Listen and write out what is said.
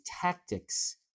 tactics